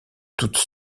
toutes